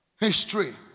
History